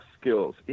skills